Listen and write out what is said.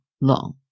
long